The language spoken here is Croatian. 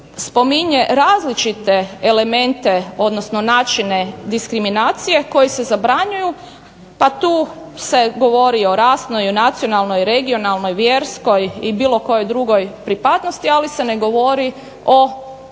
spominje različite elemente odnosno načine diskriminacije koji se zabranjuju. Pa tu se govori o rasnoj, o nacionalnoj, regionalnoj, vjerskoj i bilo kojoj drugoj pripadnosti, ali se ne govori o tome